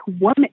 woman